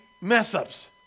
mess-ups